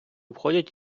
входять